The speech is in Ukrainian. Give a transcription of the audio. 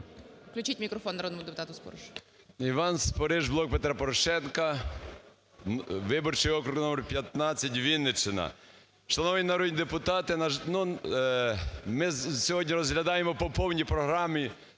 Включіть мікрофон народного депутата Спориша. 11:13:26 СПОРИШ І.Д. Іван Спориш, "Блок Петра Порошенка", виборчий округ №15, Вінниччина. Шановні народні депутати, ми сьогодні розглядаємо по повній програмі